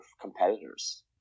competitors